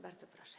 Bardzo proszę.